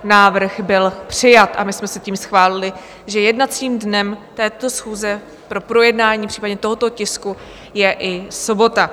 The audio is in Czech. Návrh byl přijat a my jsme si tím schválili, že jednacím dnem této schůze pro projednání tohoto tisku je i sobota.